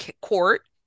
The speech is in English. court